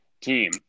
team